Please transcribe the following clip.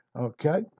Okay